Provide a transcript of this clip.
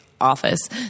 office